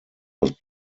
was